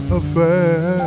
affair